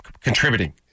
contributing